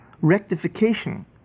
rectification